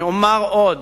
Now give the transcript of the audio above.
אני אומר עוד